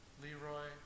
Leroy